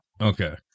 Okay